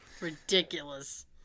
Ridiculous